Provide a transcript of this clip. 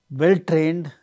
well-trained